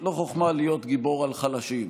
לא חוכמה להיות גיבור על חלשים.